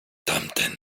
tamten